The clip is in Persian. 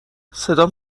صدام